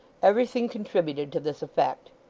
everything contributed to this effect.